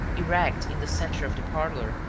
erect in the center of the parlor,